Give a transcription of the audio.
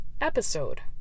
episode